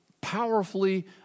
powerfully